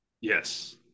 Yes